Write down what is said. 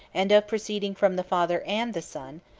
and of proceeding from the father and the son,